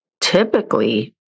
typically